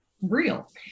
real